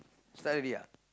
start already ah